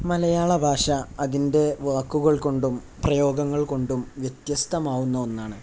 മലയാള ഭാഷ അതിൻ്റെ വാക്കുകൾ കൊണ്ടും പ്രയോഗങ്ങൾ കൊണ്ടും വ്യത്യസ്തമാവുന്ന ഒന്നാണ്